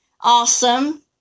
Awesome